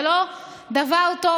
זה לא דבר טוב,